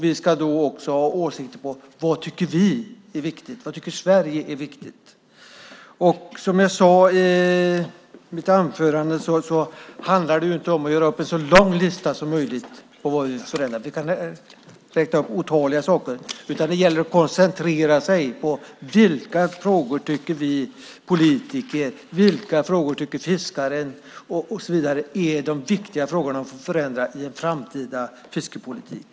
Vi ska då också ha åsikter om vad vi tycker är viktigt, vad Sverige tycker är viktigt. Som jag sade i mitt anförande handlar det inte om att göra upp en så lång lista som möjligt på vad vi vill förändra - vi kan räkna upp otaliga saker - utan det gäller att koncentrera sig på de frågor som vi politiker och fiskarna tycker är viktiga att förändra i en framtida fiskepolitik.